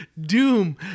Doom